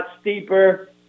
steeper